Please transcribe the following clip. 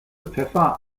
pfeffer